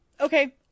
okay